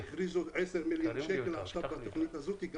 שהכריזו על 10 מיליון עכשיו לתוכנית הזו,